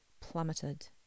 plummeted